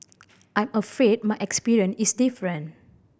I'm afraid my experience is different